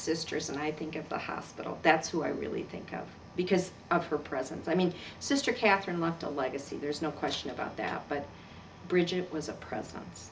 sisters and i think of the hospital that's who i really think of because of her presence i mean sister katherine left a legacy there's no question about that but bridget was a presence